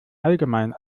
allgemein